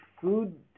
food